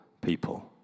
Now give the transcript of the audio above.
people